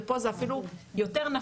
ופה זה אפילו יותר נפוץ,